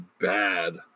bad